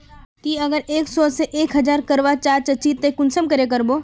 ती अगर एक सो से एक हजार करवा चाँ चची ते कुंसम करे करबो?